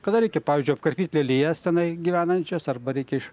kada reikia pavyzdžiui apkarpyt lelijas tenai gyvenančias arba reikia iš